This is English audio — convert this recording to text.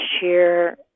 share